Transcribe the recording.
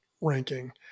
ranking